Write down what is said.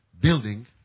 building